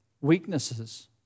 weaknesses